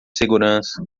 segurança